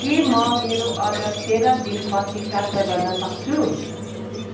के म मेरो अर्डर तेह्र दिनपछि प्राप्त गर्न सक्छु